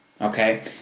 okay